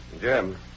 Jim